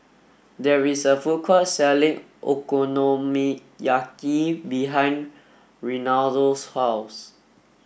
there is a food court selling Okonomiyaki behind Reinaldo's house